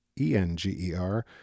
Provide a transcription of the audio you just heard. E-N-G-E-R